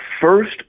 first